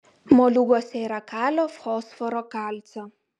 moliūguose yra kalio fosforo kalcio